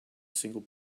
single